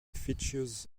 features